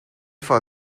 for